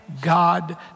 God